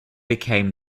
became